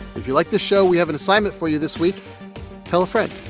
if you liked this show, we have an assignment for you this week tell a friend.